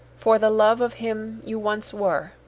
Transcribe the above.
for the love of him you once were.